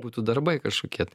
būtų darbai kažkokie